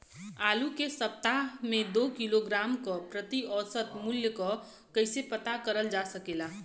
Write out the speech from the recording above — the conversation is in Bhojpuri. आलू के सप्ताह में दो किलोग्राम क प्रति औसत मूल्य क कैसे पता करल जा सकेला?